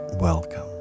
Welcome